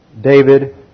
David